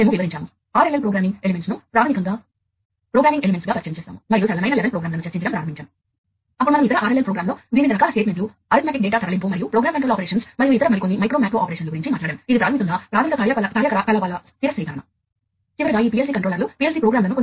ఇంతకుముందు ఏమి జరిగేదంటే సాంకేతికత యొక్క యాజమాన్య స్వభావం కారణంగా ఇది ప్రామాణికం కాదు కాబట్టి కంపెనీ A వాస్తవానికి కంపెనీ A యొక్క నియంత్రిక బహుశా కంపెనీ A యొక్క ఆపరేటర్ స్టేషన్తో మాట్లాడుతుంది కానీ అది కంపెనీ B యొక్క ఆపరేటర్ స్టేషన్తో మాట్లాడదు